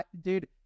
Dude